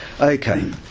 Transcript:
Okay